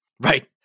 Right